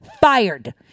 fired